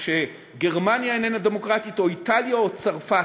שגרמניה איננה דמוקרטית או איטליה או צרפת.